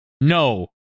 No